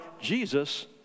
Jesus